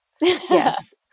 Yes